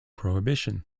prohibition